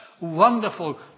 wonderful